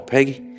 Peggy